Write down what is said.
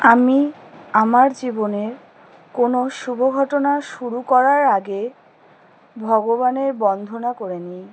আমি আমার জীবনের কোনো শুভ ঘটনা শুরু করার আগে ভগবানের বন্দনা করে নিই